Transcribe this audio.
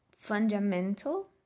fundamental